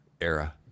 era